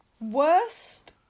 Worst